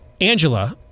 Angela